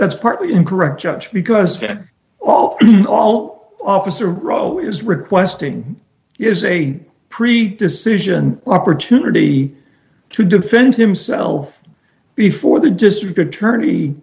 it's partly incorrect judge because going on all officer row is requesting is a pre decision opportunity to defend himself before the district attorney